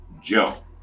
Joe